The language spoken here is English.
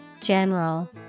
general